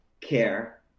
care